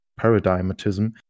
paradigmatism